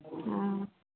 हाँ